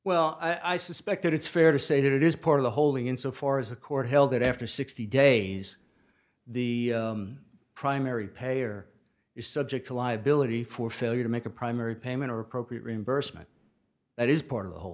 well i suspect that it's fair to say that it is part of the holding insofar as the court held that after sixty days the primary payer is subject to liability for failure to make a primary payment or appropriate reimbursement that is part of the hol